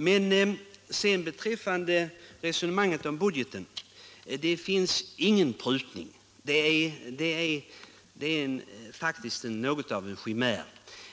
Men i resonemanget om budgeten finns det ingen prutning, har det sagts. Det är faktiskt något av en chimär.